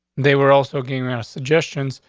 they were also giving suggestions.